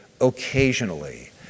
occasionally